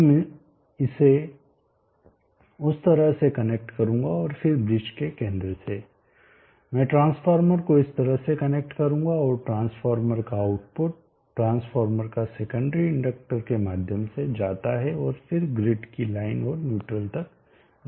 तो मैं इसे उस तरह से कनेक्ट करूंगा और फिर ब्रिज के केंद्र से मैं ट्रांसफार्मर को इस तरह से कनेक्ट करूंगा और ट्रांसफार्मर का आउटपुट ट्रांसफॉर्मर का सेकेंडरी इंडक्टर के माध्यम से जाता है और फिर ग्रिड की लाइन और न्यूट्रल तक जाता है